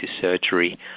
surgery